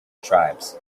tribes